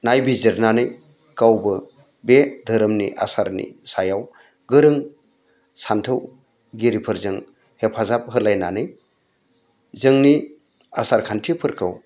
नायबिजिरनानै गावबो बे धोरोमनि आसारनि सायाव गोरों सानथौगिरिफोरजों हेफाजाब होलायनानै जोंनि आसारखान्थिफोरखौ